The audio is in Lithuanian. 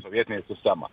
sovietinė sistema